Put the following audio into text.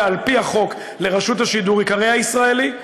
על-פי החוק לרשות השידור ייקרא "הישראלי".